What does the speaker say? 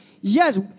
Yes